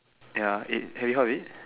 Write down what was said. ya it have you heard of it